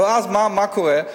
ואז מה קורה?